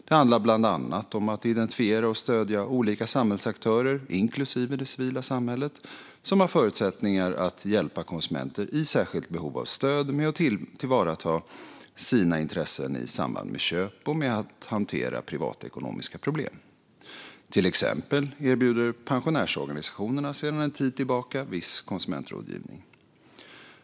Det handlar bland annat om att identifiera och stödja olika samhällsaktörer - inklusive det civila samhället - som har förutsättningar att hjälpa konsumenter i särskilt behov av stöd med att tillvarata sina intressen i samband med köp och med att hantera privatekonomiska problem. Till exempel erbjuder pensionärsorganisationerna sedan en tid tillbaka viss konsumentrådgivning.